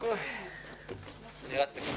בשעה